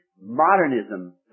modernism